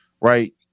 Right